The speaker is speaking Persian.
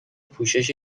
پوشش